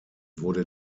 wurde